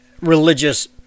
religious